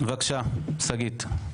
בבקשה, שגית.